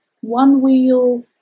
one-wheel